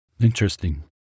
Interesting